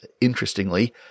interestingly